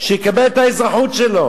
שיקבל את האזרחות שלו.